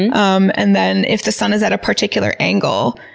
and um and then if the sun is at a particular angle,